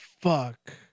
Fuck